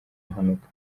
mpanuka